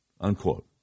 Unquote